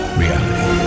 reality